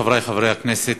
חברי חברי הכנסת,